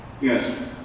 Yes